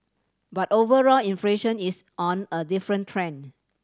but overall inflation is on a different trend